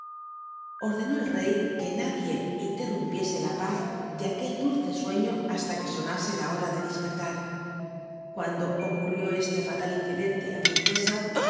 ordenó el rey que nadie interrumpiese la paz tic aquel dulce suefio ha la que ona e la hora de dispcrlar cuando ocurrió e le ralal incidente á la princc